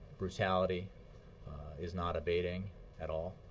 brutality is not abating at all.